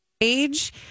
age